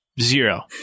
Zero